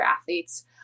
athletes